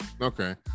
okay